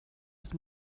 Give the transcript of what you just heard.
ist